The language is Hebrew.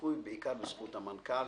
הסיכוי בעיקר בזכות המנכ"ל